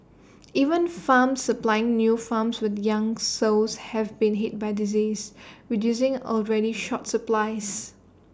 even farms supplying new farms with young sows have been hit by disease reducing already short supplies